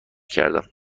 کردم